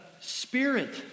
Spirit